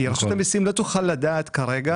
רשות המיסים לא תוכל לדעת, כרגע,